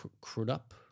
Crudup